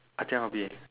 I think I'll be